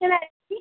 madam जी